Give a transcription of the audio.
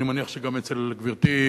אני מניח שגם אצל גברתי,